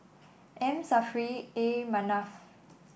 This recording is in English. M Saffri A Manaf